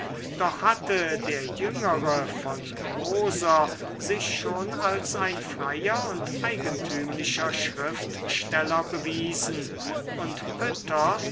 doch hatte der jüngere von moser sich schon als ein freier und eigentümlicher schriftsteller bewiesen und pütter